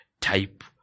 type